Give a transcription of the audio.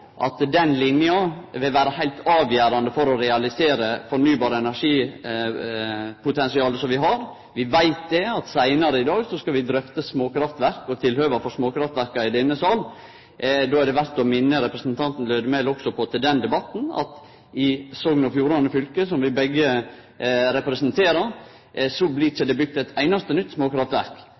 vi har for fornybar energi. Seinare i dag skal vi drøfte tilhøva for småkraftverka i denne sal. Då er det verdt å minne representanten Lødemel på til den debatten at i Sogn og Fjordane fylke, som vi begge representerer, blir det ikkje bygt eit einaste nytt